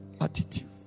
attitude